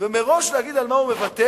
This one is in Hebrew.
ומראש להגיד על מה הוא מוותר,